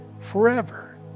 Forever